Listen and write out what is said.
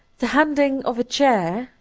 the handing of a chair,